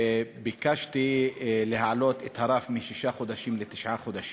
וביקשתי להעלות את הרף משישה חודשים לתשעה חודשים,